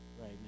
right